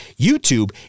YouTube